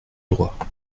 droit